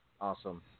Awesome